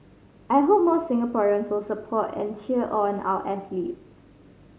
I hope more Singaporeans will support and cheer on our athletes